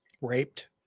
raped